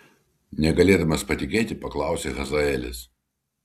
negalėdamas patikėti paklausė hazaelis